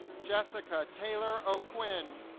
jessica taylor o'quinn